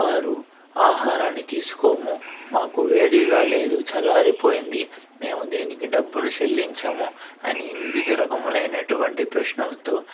వారు ఆహారాన్ని తీసుకోము మాకు వేడిగా లేదు చల్లారిపోయింది మేము దీనికి డబ్బులు చెల్లించము అని వివిధ రకములైనటువంటి ప్రశ్నలతో